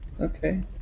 Okay